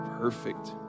perfect